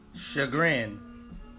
Chagrin